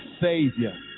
Savior